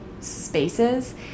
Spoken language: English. spaces